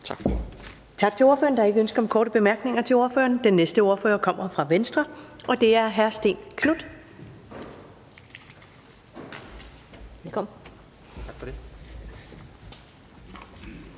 Tak til ordføreren. Der er ikke ønske om korte bemærkninger til ordføreren. Den næste ordfører kommer fra Nye Borgerlige, og det er hr. Lars Boje Mathiesen. Velkommen.